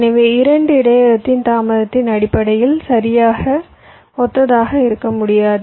எனவே 2 இடையகத்தின் தாமதத்தின் அடிப்படையில் சரியாக ஒத்ததாக இருக்க முடியாது